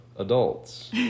Adults